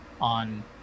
on